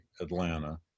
Atlanta